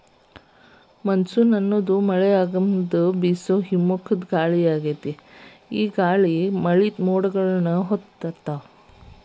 monsoon ಅನ್ನೋದು ಮಳೆಯ ಆಗಮನದ ಬೇಸೋ ಹಿಮ್ಮುಖ ಗಾಳಿಯಾಗೇತಿ, ಈ ಗಾಳಿಗಳು ಮಳೆಯ ಮೋಡಗಳನ್ನ ಹೊತ್ತು ತರ್ತಾವ